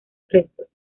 restos